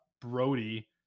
Brody